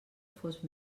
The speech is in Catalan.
fos